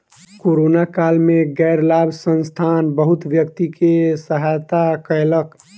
corona काल में गैर लाभ संस्थान बहुत व्यक्ति के सहायता कयलक